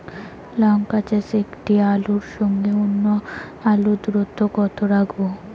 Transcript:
লঙ্কা চাষে একটি আলুর সঙ্গে অন্য আলুর দূরত্ব কত রাখবো?